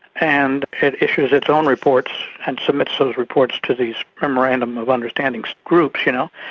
and it issues its own reports and submits those reports to these memorandum of understandings groups, you know,